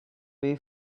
pay